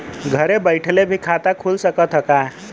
घरे बइठले भी खाता खुल सकत ह का?